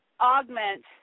augment